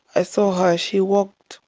i saw her, she walked,